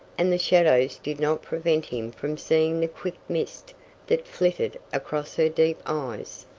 and the shadows did not prevent him from seeing the quick mist that flitted across her deep eyes.